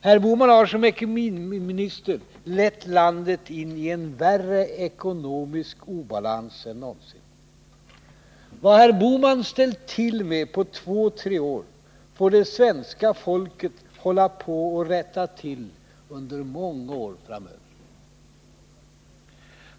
Herr Bohman har som ekonomiminister lett landet in i värre ekonomisk obalans än någonsin, Vad herr Bohman ställt till med på två tre år får det svenska folket hålla på att rätta till under många år framöver.